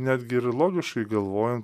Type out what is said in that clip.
netgi ir logiškai galvoja